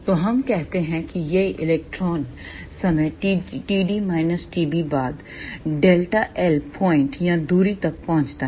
तो हम कहते हैं कि यह इलेक्ट्रॉन समय बाद ΔL पॉइंट या दूरी तक पहुंचता है